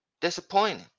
Disappointing